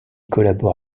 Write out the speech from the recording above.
collabore